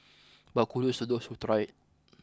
but kudos to those who tried